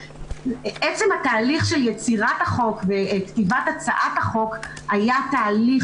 עצם התהליך של יצירת החוק וכתיבת הצעת החוק היה תהליך